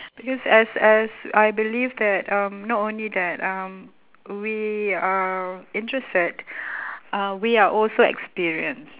because as as I believe that um not only that um we are interested uh we are also experienced